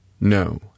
No